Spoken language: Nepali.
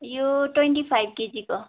यो ट्वेन्टी फाइभ केजीको